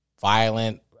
violent